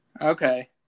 Okay